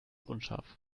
unscharf